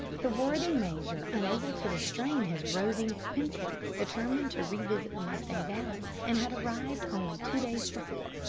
the worthy major, unable to restrain his roving propensities, determined to revisit the mustang valley, and had arrived only two days before.